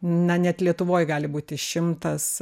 na net lietuvoj gali būti šimtas